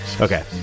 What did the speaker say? Okay